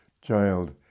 child